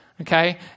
Okay